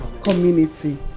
community